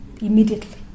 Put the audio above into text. immediately